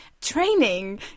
training